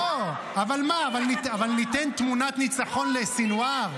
לא, אבל מה, אבל ניתן תמונת ניצחון לסנוואר?